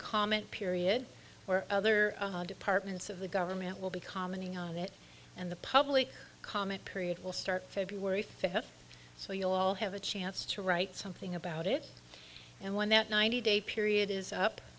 comment period where other departments of the government will be commenting on it and the public comment period will start february fifth so you'll all have a chance to write something about it and when that ninety day period is up